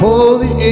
Holy